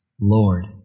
Lord